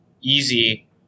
easy